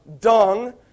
dung